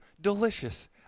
delicious